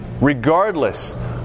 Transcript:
Regardless